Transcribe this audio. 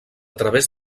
través